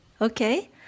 Okay